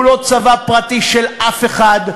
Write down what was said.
הוא לא צבא פרטי של אף אחד,